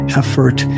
effort